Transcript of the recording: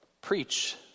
Preach